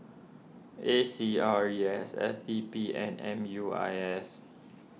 A C R E S S D P and M U I S